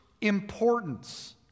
importance